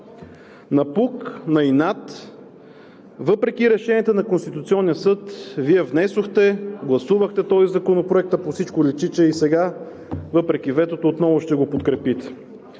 На пук, на инат, въпреки решенията на Конституционния съд, Вие внесохте, гласувахте този законопроект, а по всичко личи, че и сега, въпреки ветото, отново ще го подкрепите.